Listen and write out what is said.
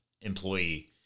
employee